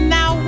Now